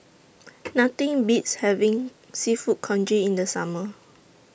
Nothing Beats having Seafood Congee in The Summer